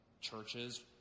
churches